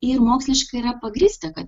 ir moksliškai yra pagrįsta kad